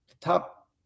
top